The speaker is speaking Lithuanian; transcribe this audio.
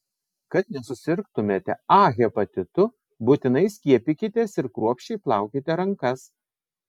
kad nesusirgtumėte a hepatitu būtinai skiepykitės ir kruopščiai plaukite rankas